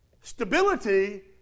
Stability